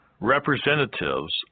representatives